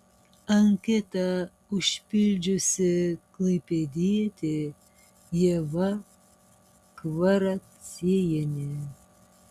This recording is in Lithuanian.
anketą užpildžiusi klaipėdietė ieva kvaraciejienė